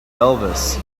elvis